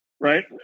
Right